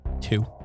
two